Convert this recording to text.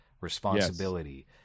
responsibility